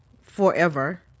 forever